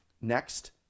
next